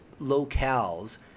locales